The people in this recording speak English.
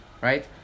Right